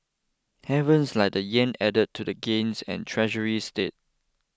Havens like the yen added to gains and Treasuries steadied